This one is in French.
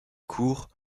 cours